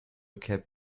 cap